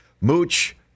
Mooch